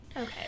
okay